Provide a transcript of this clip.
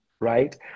right